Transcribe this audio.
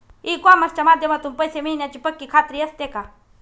E कॉमर्सच्या माध्यमातून पैसे मिळण्याची पक्की खात्री असते का?